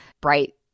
bright